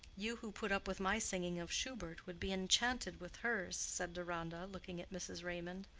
you who put up with my singing of schubert would be enchanted with hers, said deronda, looking at mrs. raymond.